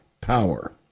power